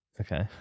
Okay